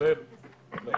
אבא של הרשל'ה יש גם שיניים,